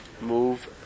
move